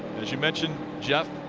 as you mentioned, jeff,